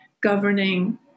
governing